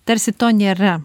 tarsi to nėra